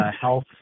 health